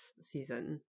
season